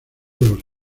los